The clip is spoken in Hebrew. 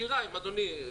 כיריים, אדוני.